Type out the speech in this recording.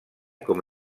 com